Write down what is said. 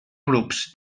grups